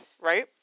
right